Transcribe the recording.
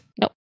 Nope